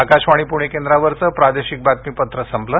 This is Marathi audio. आकाशवाणी पुणे केंद्रावरचं प्रादेशिक बातमीपत्र संपलं